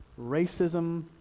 racism